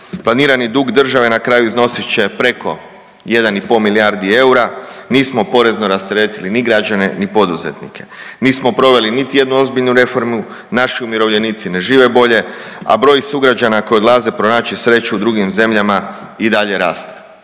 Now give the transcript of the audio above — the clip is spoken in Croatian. Planirani dug države na kraju iznosit će preko 1,5 milijardi eura. Nismo porezno rasteretili ni građane, ni poduzetnike. Nismo proveli niti jednu ozbiljnu reformu. Naši umirovljenici ne žive bolje, a broj sugrađana koji odlaze pronaći sreću u drugim zemljama i dalje raste.